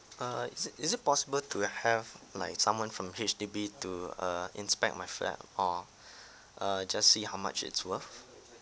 err is it is it possible to have like someone from H_D_B to err inspect my flat or err just see how much it's worth